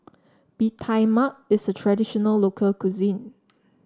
Bee Tai Mak is a traditional local cuisine